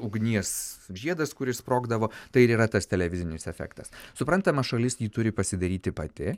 ugnies žiedas kuris sprogdavo tai ir yra tas televizinis efektas suprantama šalis jį turi pasidaryti pati